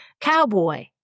cowboy